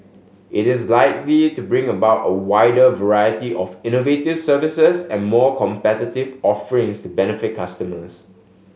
it is likely to bring about a wider variety of innovative services and more competitive offerings to benefit consumers